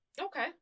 Okay